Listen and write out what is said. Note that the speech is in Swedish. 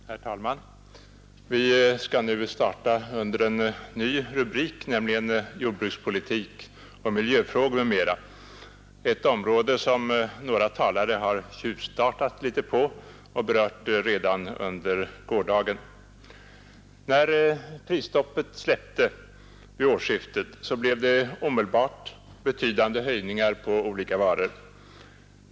Herr talman! Vi skall nu starta under en ny rubrik på föredragningslistan, nämligen Jordbrukspolitik och miljöfrågor m.m. — ett område som några talare har tjuvstartat litet på och berört redan under gårdagen. När prisstoppet släppte vid årsskiftet blev det omedelbart betydande höjningar på olika varor.